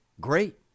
Great